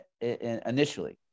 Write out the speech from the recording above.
initially